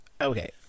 Okay